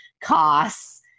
costs